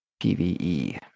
PvE